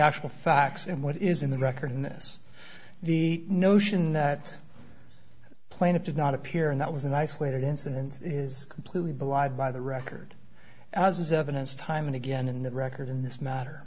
actual facts and what is in the record in this the notion that plaintiff did not appear and that was an isolated incident is completely belied by the record as is evidenced time and again in the record in this matter